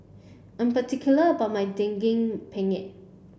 I'm particular about my Daging Penyet